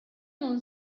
non